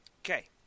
Okay